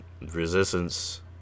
Resistance